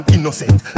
Innocent